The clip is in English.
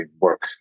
work